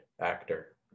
actor